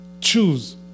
choose